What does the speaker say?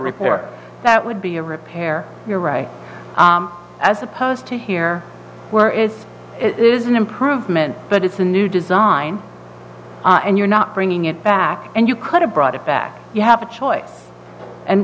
repair that would be a repair your right as opposed to here where is is an improvement but it's a new design and you're not bringing it back and you could have brought it back you have a choice and